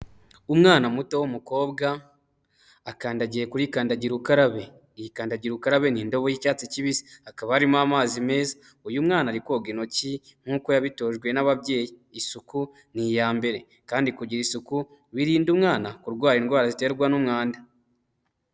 Umwana muto w'umukobwa akandagiye kuri kandagira ukarabe. Iyi kandagira ukarabe ni indobo y'icyatsi kibisi, hakaba harimo amazi meza. Uyu mwana ari koga intoki nk'uko yabitojwe n'ababyeyi, isuku ni iya mbere kandi kugira isuku birinda umwana kurwara indwara ziterwa n'umwanda.